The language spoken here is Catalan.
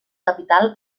capital